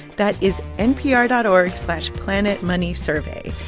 that is npr dot org slash planetmoneysurvey.